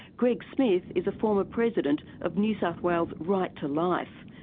greg smith is a former president of new south wales right to life.